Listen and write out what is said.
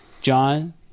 John